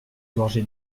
gorgées